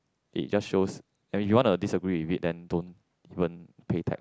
it just shows and you want to disagree with it then don't even pay tax